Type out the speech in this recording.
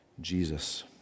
Jesus